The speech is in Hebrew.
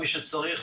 מי שצריך,